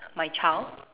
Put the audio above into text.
my child